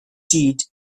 deed